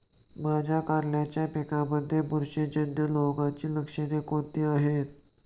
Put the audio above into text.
माझ्या कारल्याच्या पिकामध्ये बुरशीजन्य रोगाची लक्षणे कोणती आहेत?